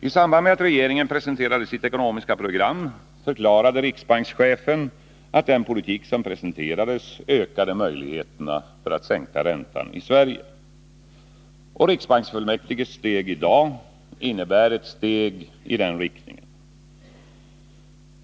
I samband med att regeringen presenterade sitt ekonomiska program förklarade riksbankschefen att den politik som presenterades ökade möjligheterna att sänka räntan i Sverige. Riksbanksfullmäktiges beslut i dag innebär ett steg i den riktningen.